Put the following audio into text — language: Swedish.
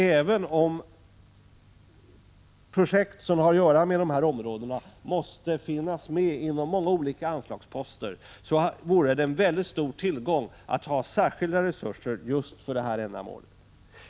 Även om projekt som har att göra med dessa områden måste finnas med inom många olika anslagsposter vore det en stor tillgång att ha särskilda resurser just för detta ändamål.